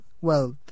wealth